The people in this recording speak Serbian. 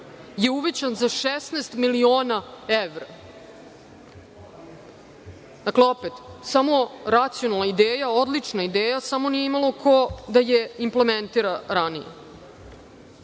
je uvećan za 16 miliona evra. Dakle, opet samo racionalna ideja, odlična ideja, samo nije imao ko da je implementira ranije. Isto